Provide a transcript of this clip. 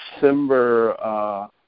December